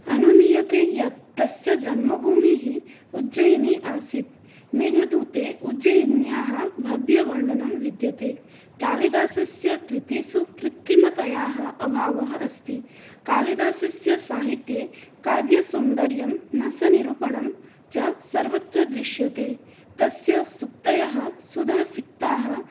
अनुमीयते यत् तस्य जन्मभूमिः उज्जयिनि आसीत् मेघदूते उज्जयिन्याः भव्यवर्णनं विद्यते कालिदासस्य कृतिषु कृत्रिमतायाः अभावः अस्ति कालिदासस्य साहित्ये काव्यसौन्दर्यं रसनिरूपणं च सर्वत्र दृश्यते तस्य सूक्तयः सुधासिक्ताः